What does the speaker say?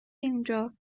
اونجا